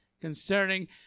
concerning